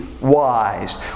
Wise